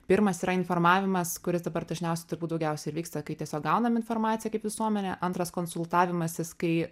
pirmas yra informavimas kuris dabar dažniausiai turbūt daugiausiai vyksta kai tiesiog gaunam informaciją kaip visuomenė antras konsultavimasis kai